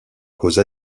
cause